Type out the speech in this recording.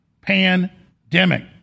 pandemic